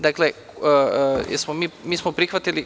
Dakle, mi smo prihvatili…